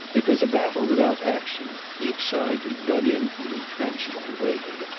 it was a battle without action. each side was dug in and entrenched, and waiting.